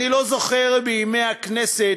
אני לא זוכר בימי הכנסת,